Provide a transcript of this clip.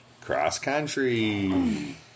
cross-country